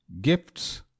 Gifts